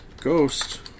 ghost